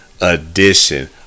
edition